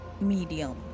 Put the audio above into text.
medium